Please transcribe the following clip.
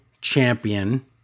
champion